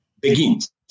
begins